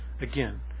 again